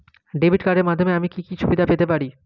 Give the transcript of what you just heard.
Debit কার্ডের মাধ্যমে আমি কি কি সুবিধা পেতে পারি?